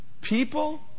People